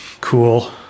cool